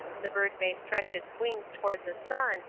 the bird may stretch its wings toward the sun,